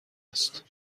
است